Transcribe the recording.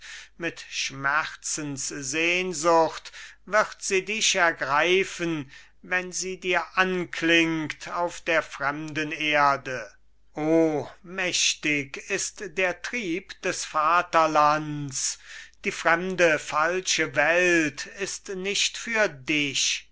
mit schmerzenssehnsucht wird sie dich ergreifen wenn sie dir anklingt auf der fremden erde o mächtig ist der trieb des vaterlands die fremde falsche welt ist nicht für dich